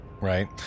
right